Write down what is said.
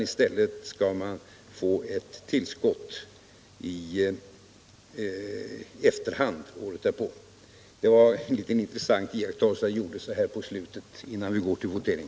I stället skall man få ett tillskott i efterhand året därpå. Det var en liten intressant iakttagelse jag gjorde så här på slutet innan vi går till votering.